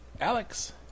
Alex